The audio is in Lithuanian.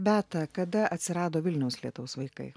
beata kada atsirado vilniaus lietaus vaikai